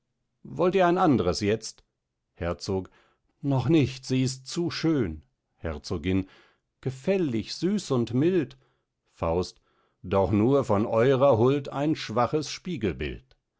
wollt ihr ein andres jetzt herzog noch nicht sie ist zu schön herzogin gefällig süß und mild faust doch nur von eurer huld ein schwaches spiegelbild